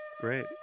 great